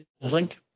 Link